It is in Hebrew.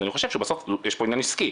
אז אני חושב שבסוף יש פה עניין עסקי,